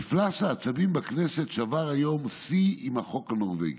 "מפלס העצבים בכנסת שבר היום שיא עם החוק הנורבגי,